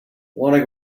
want